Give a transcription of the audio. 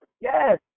yes